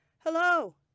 Hello